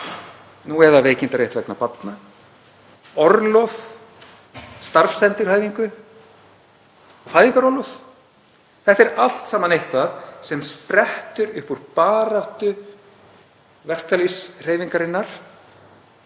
eða veikindarétt vegna barna, orlof, starfsendurhæfingu, fæðingarorlof. Þetta er allt saman eitthvað sem sprettur upp úr baráttu verkalýðshreyfingarinnar